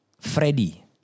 Freddie